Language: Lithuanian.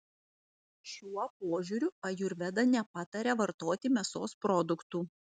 šiuo požiūriu ajurveda nepataria vartoti mėsos produktų